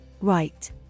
Right